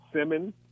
Simmons